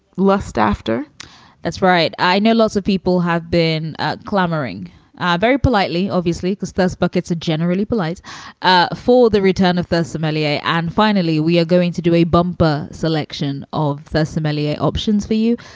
lust after that's right. i know lots of people have been ah clamoring very politely, obviously, cause this book. it's a generally polite ah for the return of the somalia. and finally, we are going to do a bumper selection of somalia options for you.